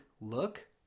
look